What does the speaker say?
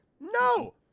No